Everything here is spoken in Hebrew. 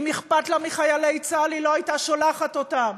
אם אכפת לה מחיילי צה"ל היא לא הייתה שולחת אותם,